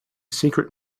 secret